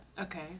Okay